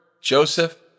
Joseph